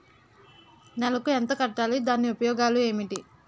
నెలకు ఎంత కట్టాలి? దాని ఉపయోగాలు ఏమిటి?